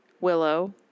Willow